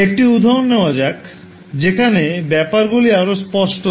একটি উদাহরণ নেওয়া যাক যেখানে ব্যাপারগুলি আরও স্পষ্ট হয়